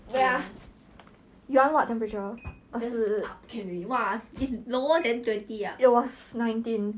to look like the 温小暖 then you tie all the 辫子 all that